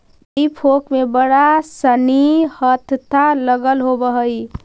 हेई फोक में बड़ा सानि हत्था लगल होवऽ हई